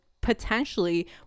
potentially